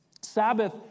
sabbath